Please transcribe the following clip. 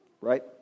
Right